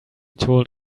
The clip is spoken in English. told